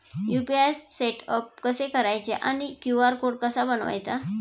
UPI setup कसे करायचे आणि क्यू.आर कोड कसा बनवायचा?